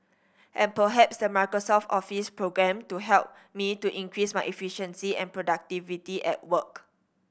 and perhaps the Microsoft Office programme to help me to increase my efficiency and productivity at work